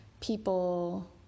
people